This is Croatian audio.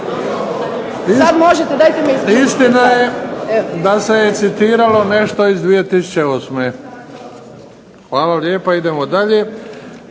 Istina je da se je citiralo nešto iz 2008. Hvala lijepa, idemo dalje.